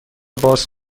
باز